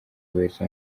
yubahiriza